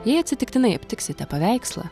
jei atsitiktinai aptiksite paveikslą